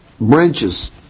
branches